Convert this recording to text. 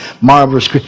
marvelous